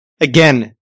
Again